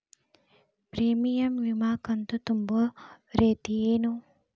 Premium ವಿಮಾ ಕಂತು ತುಂಬೋ ರೇತಿ ಏನು?